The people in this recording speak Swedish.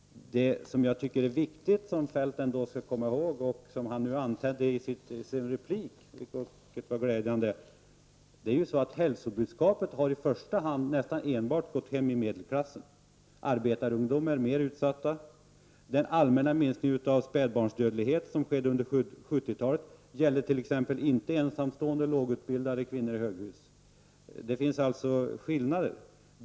Det viktiga, som Feldt skall komma ihåg — och som han nu antydde i sin replik, vilket är glädjande — är att hälsobudskapet i första hand nästan enbart har gått hem i medelklassen. Arbetarungdomarna är mera utsatta. Minskningen av spädbarnsdödligheten som skedde under 1970-talet gällde t.ex. inte för barn till ensamstående lågutbildade kvinnor i höghus. Det finns skillnader.